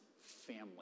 family